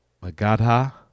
Magadha